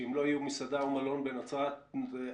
שאם לא יהיו מסעדה או מלון בנצרת עכשיו,